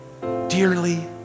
dearly